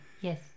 yes